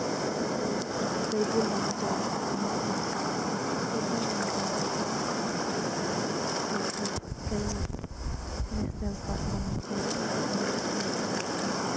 ꯐꯗꯤ ꯐꯖꯩ ꯑꯗꯣ ꯀꯩꯕꯨꯜ ꯂꯝꯖꯥꯎ ꯅꯦꯁꯅꯦꯜ ꯄꯥꯛ ꯀꯩꯕꯨꯜ ꯂꯝꯖꯥꯎ ꯍꯥꯏꯗꯤ ꯀꯩꯕꯨꯜ ꯀꯩ ꯅꯦꯁꯅꯦꯜ ꯄꯥꯛ ꯃꯅꯤꯄꯨꯔꯒꯤ ꯅꯦꯁꯅꯦꯜ ꯄꯥꯛ ꯑꯗꯨꯒ